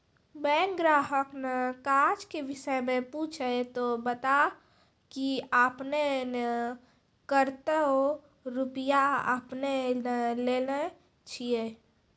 Bank ग्राहक ने काज के विषय मे पुछे ते बता की आपने ने कतो रुपिया आपने ने लेने छिए?